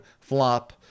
flop